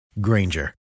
Granger